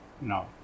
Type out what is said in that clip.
No